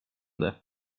det